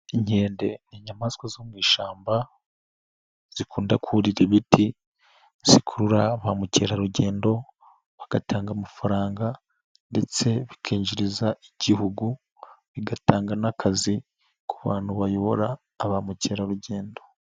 Inkende ni inyamaswa zo mu ishyamba zikunda kurira ibiti zikurura ba mukerarugendo bagatanga amafaranga ndetse bikinjiriza igihugu bigatanga n'akazi ku bantu bayobora ba mukerarugendo.